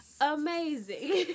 amazing